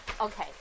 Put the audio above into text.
Okay